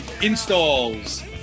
installs